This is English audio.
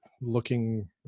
looking